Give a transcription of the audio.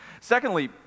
Secondly